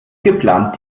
geplant